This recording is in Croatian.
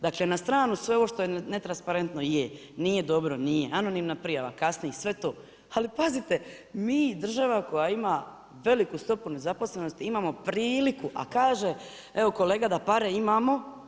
Dakle na stranu sve ovo što je netransparentno, je, nije dobro, nije, anonimna prijava kasni, sve to ali pazite mi država koja ima veliku stopu nezaposlenosti, imamo priliku, a kaže evo kolega da pare imamo.